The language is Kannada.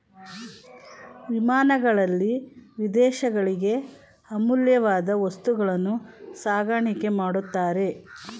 ವಿಮಾನಗಳಲ್ಲಿ ವಿದೇಶಗಳಿಗೆ ಅಮೂಲ್ಯವಾದ ವಸ್ತುಗಳನ್ನು ಸಾಗಾಣಿಕೆ ಮಾಡುತ್ತಾರೆ